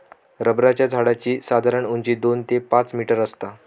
रबराच्या झाडाची साधारण उंची दोन ते पाच मीटर आसता